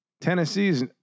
Tennessee's